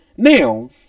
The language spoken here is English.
Now